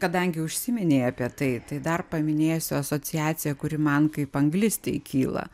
kadangi užsiminei apie tai tai dar paminėsiu asociaciją kuri man kaip anglistei kyla